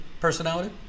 personality